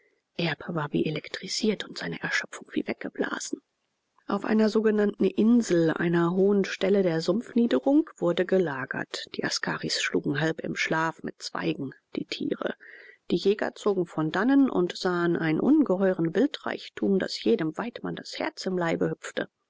erb war wie elektrisiert und seine erschöpfung wie weggeblasen auf einer sogenannten insel einer hohen stelle der sumpfniederung wurde gelagert die askaris schlugen halb im schlaf mit zweigen die tiere die jäger zogen von dannen und sahen einen ungeheuren wildreichtum daß jedem weidmann das herz im leibe hüpfte